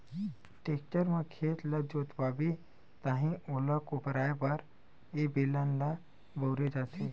tractor म खेत ल जोतवाबे ताहाँले ओला कोपराये बर ए बेलन ल बउरे जाथे